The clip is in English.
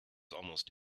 almost